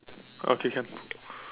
okay can